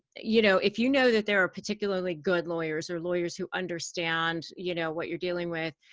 you know if you know that there are particularly good lawyers, or lawyers who understand you know what you're dealing with,